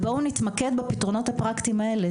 בואו נתמקד בפתרונות הפרקטיים הללו.